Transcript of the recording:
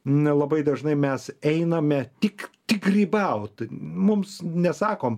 na labai dažnai mes einame tik tik grybaut mums nesakom